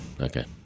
Okay